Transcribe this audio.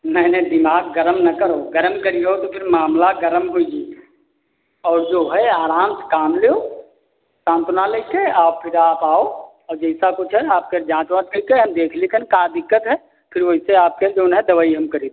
नहीं नहीं दिमाग गरम ना करो गरम करिहो तो फिर मामला गरम हो जो ही और जो है आराम से काम लो सांत्वना ले कर और फिर आप आओ और जैसा कुछ है आप केर जाँच वांच कईके हम देख लिकेन का दिक्कत है फिर वैसे आपकी जौन है दवाई हम करिब